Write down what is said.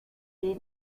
die